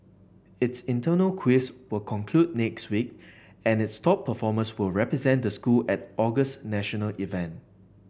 its internal quiz will conclude next week and its top performers will represent the school at August national event